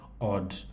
odd